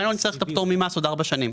לא נצטרך את הפטור ממס עוד ארבע שנים.